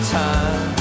time